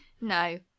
No